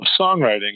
songwriting